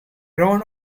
run